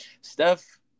Steph